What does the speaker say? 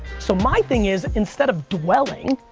so my thing is, instead of dwelling,